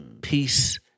Peace